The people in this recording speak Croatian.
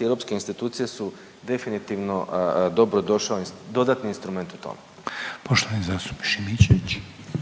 i europske institucije su definitivno dobrodošao dodatni instrument u tome.